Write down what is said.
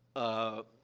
ah,